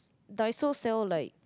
Daiso sell like